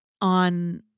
on